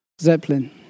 Zeppelin